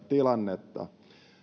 tilannetta